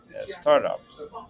startups